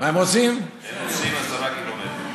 הם נוסעים עשרה קילומטרים.